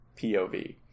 POV